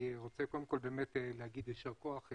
אני רוצה להגיד יישר כוח.